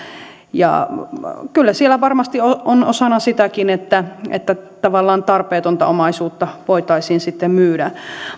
kyllä siellä varmasti on osana sitäkin että että tavallaan tarpeetonta omaisuutta voitaisiin sitten myydä